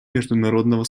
международного